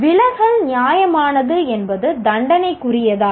விலகல் நியாயமானது என்பது தண்டனைக்குரியதா